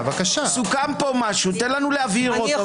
סוכם פה משהו, תן לנו להבהיר אותו.